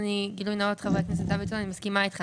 כגילוי נאות, חבר הכנסת דוידסון, אני מסכימה איתך.